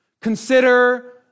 Consider